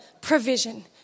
provision